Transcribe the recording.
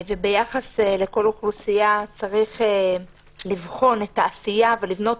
וביחס לכל אוכלוסייה צריך לבחון את העשייה ולבנות